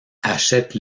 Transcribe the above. achète